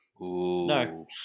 No